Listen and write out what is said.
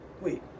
wait